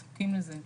כי הם זקוקים לזה.